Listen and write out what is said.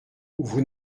vous